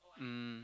mm